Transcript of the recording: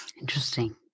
Interesting